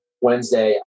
Wednesday